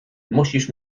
musisz